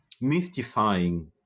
mystifying